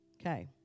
okay